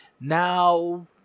now